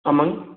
ஆமாங்க